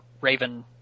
Raven